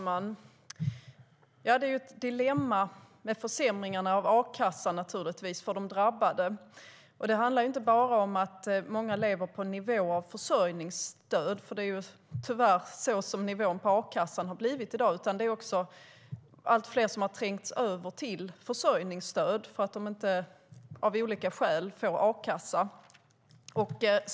Herr talman! Försämringarna av a-kassan är givetvis ett dilemma för de drabbade. Det handlar inte bara om att många lever på samma nivå som försörjningsstödet, för sådan är tyvärr nivån på a-kassan i dag, utan det är också allt fler som har trängts över till försörjningsstöd för att de av olika skäl inte får a-kassa.